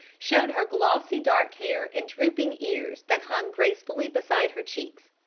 showed her glossy dark hair and drooping ears that hung gracefully beside her cheeks.